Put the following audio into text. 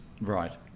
Right